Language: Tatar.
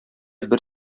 бер